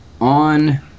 On